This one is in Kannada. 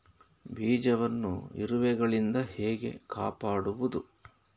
ಬೀಜವನ್ನು ಇರುವೆಗಳಿಂದ ಹೇಗೆ ಕಾಪಾಡುವುದು?